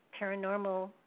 paranormal